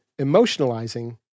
emotionalizing